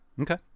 Okay